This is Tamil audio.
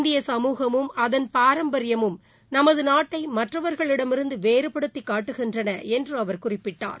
இந்திய சமூகமும் அதன் பாரம்பரியமும் நமது நாட்டை மற்றவர்களிடமிருந்து வேறுபடுத்தி காட்டுகின்றன என்று அவர் குறிப்பிட்டார்